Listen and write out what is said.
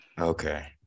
Okay